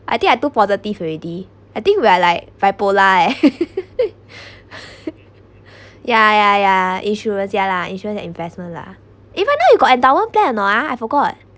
I think I too positive already I think we are like bipolar eh ya ya ya insurance ya lah insurance and investment lah even though you got endowment plan or not ah I forgot